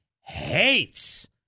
hates